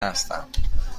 هستم